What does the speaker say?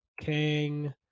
King